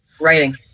Writing